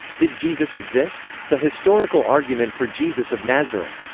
did jesus exist? the historical argument for jesus of nazareth.